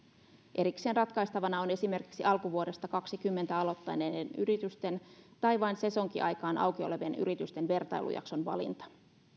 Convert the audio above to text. erikseen ratkaistavana on esimerkiksi alkuvuodesta kaksikymmentä aloittaneiden yritysten tai vain sesonkiaikaan auki olevien yritysten vertailujakson valinta